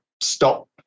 stop